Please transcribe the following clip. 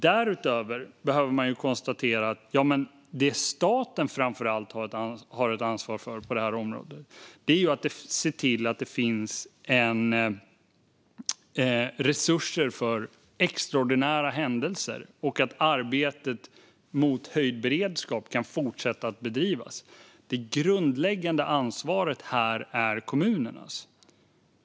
Därutöver behöver man konstatera att det som staten framför allt har ett ansvar för på området är att det finns resurser för extraordinära händelser och att arbetet mot höjd beredskap kan fortsätta att bedrivas. Det grundläggande ansvaret här är kommunernas.